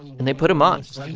and they put him on